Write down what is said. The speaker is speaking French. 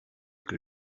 que